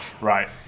right